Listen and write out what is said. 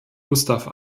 gustav